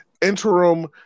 interim